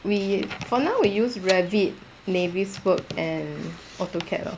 we for now we use Revit Naviswork and Autocad lor